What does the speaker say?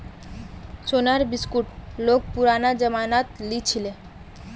सोनार बिस्कुट लोग पुरना जमानात लीछीले